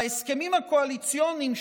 וההסכמים הקואליציוניים,